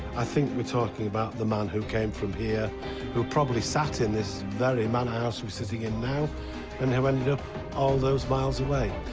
i think we're talking about the man who came from here who probably sat in this very manor house we're sitting in now and who ended up all those miles away.